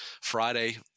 Friday